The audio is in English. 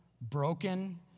broken